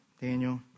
Daniel